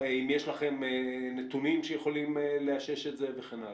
אם יש לכם נתונים שיכולים לאשש את זה וכן הלאה.